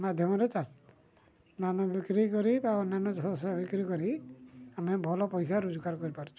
ମାଧ୍ୟମରେ ଚାଷ ଧାନ ବିକ୍ରି କରି ବା ଅନ୍ୟାନ୍ୟ ଶସ୍ୟ ବିକ୍ରି କରି ଆମେ ଭଲ ପଇସା ରୋଜଗାର କରିପାରୁଛୁ